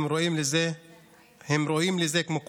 הם ראויים לזה כמו כולם.